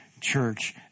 church